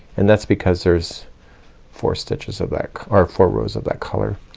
and that's because there's four stitches of that or four rows of that color.